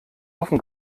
offen